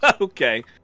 Okay